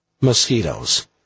mosquitoes